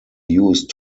used